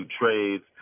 trades